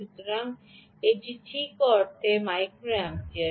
সুতরাং এটি ঠিক অর্ধেক মাইক্রোম্পিয়ার